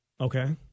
Okay